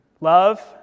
Love